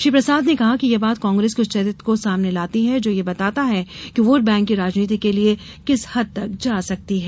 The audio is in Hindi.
श्री प्रसाद ने कहा कि यह बात कांग्रेस के उस चरित्र को सामने लाती है जो यह बताता है कि वोट बैंक की राजनीति के लिये किस हद तक जा सकती है